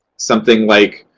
something like.